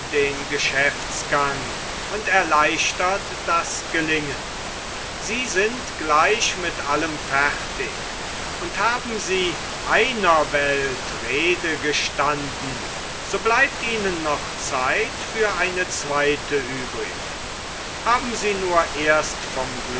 den geschäftsgang und erleichtert das gelingen sie sind gleich mit allem fertig und haben sie einer welt rede gestanden so bleibt ihnen noch zeit für eine zweite übrig haben sie nur erst vom